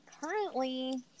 currently